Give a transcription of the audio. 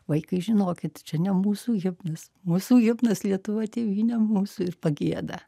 vaikai žinokit čia ne mūsų himnas mūsų himnas lietuva tėvyne mūsų ir pagieda